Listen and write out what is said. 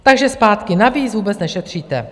Takže zpátky navíc vůbec nešetříte.